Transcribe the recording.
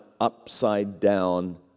upside-down